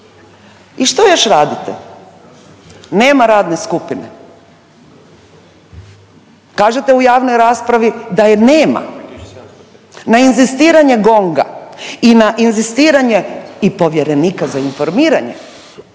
I što još radite? Nema radne skupine. Kažete u javnoj raspravi da je nema. Na inzistiranje GONG-a i na inzistiranje i povjerenika za informiranje